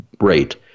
rate